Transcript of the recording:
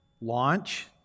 Launch